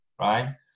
right